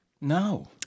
No